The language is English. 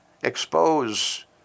Expose